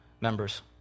members